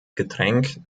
getränk